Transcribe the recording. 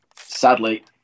sadly